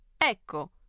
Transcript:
Ecco